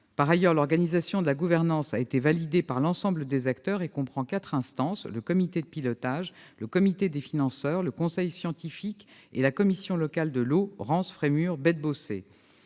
Par ailleurs, l'organisation de la gouvernance a été validée par l'ensemble des acteurs et comprend quatre instances : le comité de pilotage, le comité des financeurs, le conseil scientifique et la commission locale de l'eau Rance-Frémur-Baie